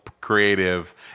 creative